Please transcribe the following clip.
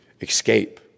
escape